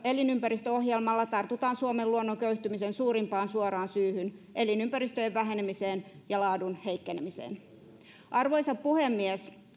elinympäristöohjelmalla tartutaan suomen luonnon köyhtymisen suurimpaan suoraan syyhyn elinympäristöjen vähenemiseen ja laadun heikkenemiseen arvoisa puhemies